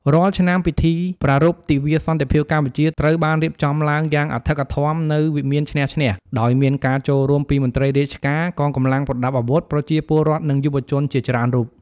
រាល់ឆ្នាំ ពិធីប្រារព្ធទិវាសន្តិភាពកម្ពុជា ត្រូវបានរៀបចំឡើងយ៉ាងអធិកអធម នៅវិមានឈ្នះ-ឈ្នះ ដោយមានការចូលរួមពីមន្ត្រីរាជការ កងកម្លាំងប្រដាប់អាវុធ ប្រជាពលរដ្ឋ និងយុវជនជាច្រើនរូប។